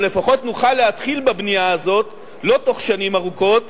אבל לפחות נוכל להתחיל בבנייה הזאת לא בתוך שנים ארוכות